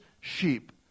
sheep